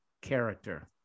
character